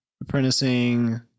apprenticing